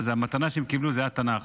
והמתנה שהן קיבלו זה היה התנ"ך.